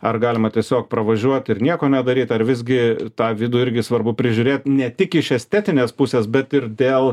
ar galima tiesiog pravažiuot ir nieko nedaryt ar visgi tą vidų irgi svarbu prižiūrėt ne tik iš estetinės pusės bet ir dėl